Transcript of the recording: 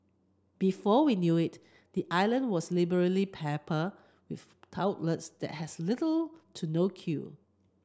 before we knew it the island was liberally peppered with outlets that has little to no queue